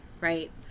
right